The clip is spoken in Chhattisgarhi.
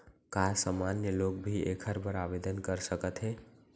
का सामान्य लोग भी एखर बर आवदेन कर सकत हे?